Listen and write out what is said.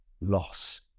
loss